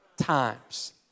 times